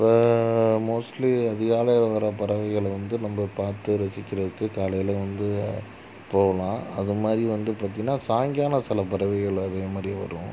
இப்போ மோஸ்ட்லி அதிகாலை வர்ற பறவைகள் வந்து நம்ம பார்த்து ரசிக்கிறதுக்கு காலையில் வந்து போகலாம் அதுமாதிரி வந்து பார்த்திங்கனா சாயங்காலம் சில பறவைகள் அதேமாதிரியே வரும்